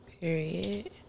Period